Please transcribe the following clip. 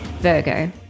Virgo